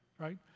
Right